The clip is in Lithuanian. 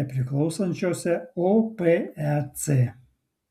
nepriklausančiose opec